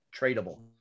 tradable